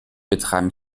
betreiben